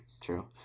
true